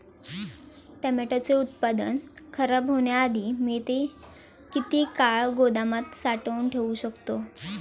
टोमॅटोचे उत्पादन खराब होण्याआधी मी ते किती काळ गोदामात साठवून ठेऊ शकतो?